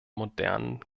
modernen